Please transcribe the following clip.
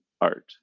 art